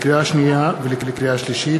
לקריאה שנייה ולקריאה שלישית,